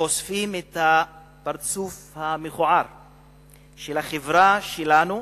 וחושפים את הפרצוף המכוער של החברה שלנו,